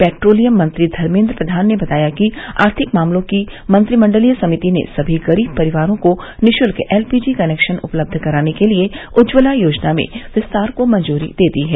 petroleum मंत्री धर्मेन्द्र प्रधान ने बताया कि आर्थिक मामलों की मंत्रिमंडलीय समिति ने सभी गरीब परिवारों को निःशुल्क एल पी जी कनेक्शन उपलब्ध कराने के लिए उज्ज्वला योजना में विस्तार को मंजूरी दे दी है